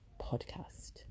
podcast